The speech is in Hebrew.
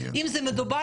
אם זה מדובר